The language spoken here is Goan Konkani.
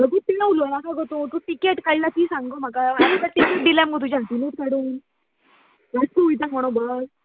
म्हाका तिन उलोवनाका गो तूं तूं टिकेट काडलां ती सांग गो म्हाका आत्तां टिकेट दिल्या मुगो तुज्यानूच काडून वास्को वयता म्हणो बस